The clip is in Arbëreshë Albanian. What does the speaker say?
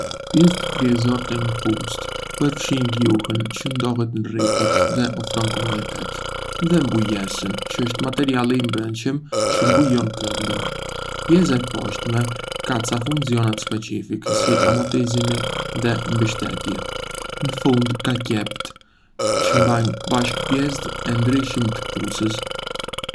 Pjesët kryesore të një këpucë përfshijnë gjuhën, që ndodhet nën rripat dhe ofron komoditet, dhe mbulesën, që është materiali i brendshëm që mbulon këmbën. Pjesa e poshtme ka ca funksionat specifik, si amotizimi dhe mbështetje. Në fund, ka qepjet, që mbajnë bashk pjesët e ndryshme të këpucës.